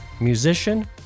musician